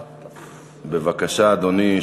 בבקשה, אדוני.